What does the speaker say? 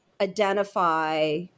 identify